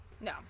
No